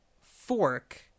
fork